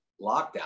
lockdown